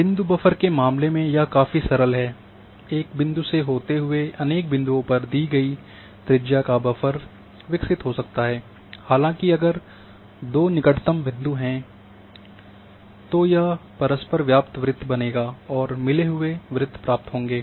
बिंदु बफ़र के मामले में यह काफ़ी सरल है एक बिंदु से होते हुए अनेक बिंदुओं पर एक दी गई त्रिज्या का बफर विकसित हो सकता है हालांकि अगर दो निकटम बिंदु हैं तो यह परस्परर्व्याप्त वृत्त बनेगा और मिले हुए वृत्त प्राप्त होंगे